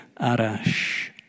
Arash